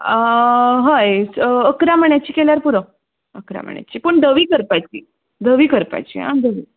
हय अकरा मण्याची केल्यार पुरो अकरा मण्याची पूण धवी करपाची धवी करपाची आ धवी